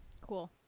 Cool